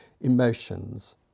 emotions